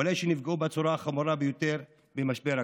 אלו שנפגעו בצורה החמורה ביותר במשבר הקורונה.